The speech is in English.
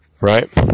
Right